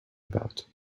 about